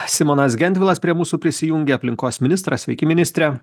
simonas gentvilas prie mūsų prisijungė aplinkos ministras sveiki ministre